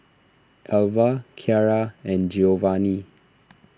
Elva Kyara and Giovani